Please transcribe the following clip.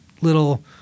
little